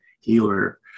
healer